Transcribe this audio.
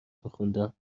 میخوندم